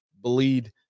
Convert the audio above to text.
bleed